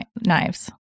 Knives